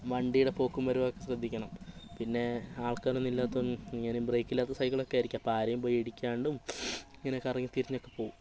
വണ്ടീടെ പോക്കും വരവൊക്കെ ശ്രദ്ധിക്കണം പിന്നെ ആൾക്കാരൊന്നുമില്ലാത്ത ഇനി ബ്രേക്കില്ലാത്ത സൈക്കിളൊക്കെയായിരിക്കും അപ്പോൾ ആരെയും പോയി ഇടിക്കാണ്ടും ഇങ്ങനെ കറങ്ങിത്തിരിഞ്ഞൊക്കെ പോവും